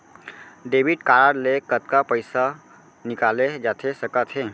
Debit card ले कतका पइसा निकाले जाथे सकत हे?